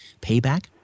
payback